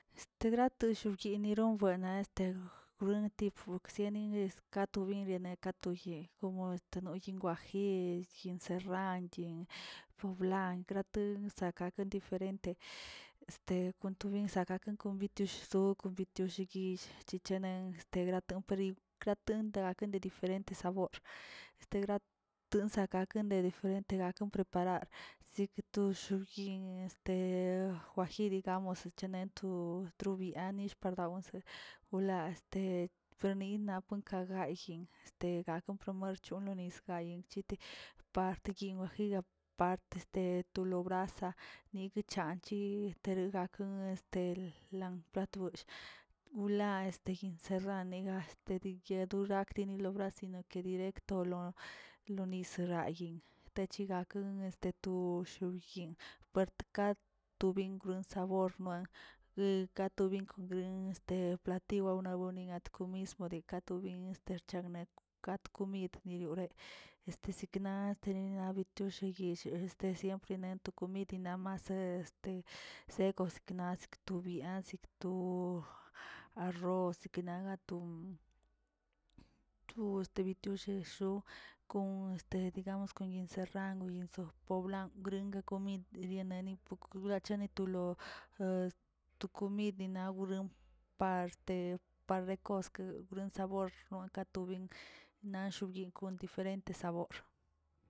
Este brato to rlliyiniron brana este gruntifo byeni eske kato nye komo este yin' kwajil yin serranchi poblan grate gakan diferente este kon to bi sakakan tosh zog kon bitozig chechenen grato bzenig graten gaken de diferente sabor este graten gaken de diferente gakan preparar sike toshꞌ xobyinꞌ wajiri digamos chenen to trobianill bwaoze wla este fernin galan ka gayꞌ gakan promor chon loo nis chitigui para yinꞌ wajiyo part este to lo brasa nigui chanchi legakan este lan plat gollꞌ wlaa este yinꞌ serrane este gyo doraa dini lo brasene directo lo nise la yinꞌ chigaken este to lob yinꞌ axt ka to bin buen sabor gue gatobi kongreuen te platiy wnubogakbə mismo de ka to bins chgne kat komid yoreꞌe este siknaꞌt nena bitiusheyel este siempre ne to komidi naꞌ mas este sedo siknas tobiasik to arroz siknaga to ste tobitiushesh kon este digamos kon yinꞌ serran enzo poblan gue komid yidiene pokochane tolo to komid nenarewig parte parlekozkə sabor ka to bin naꞌ shibi kon diferente sabor.